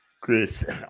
Chris